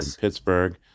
Pittsburgh